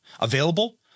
available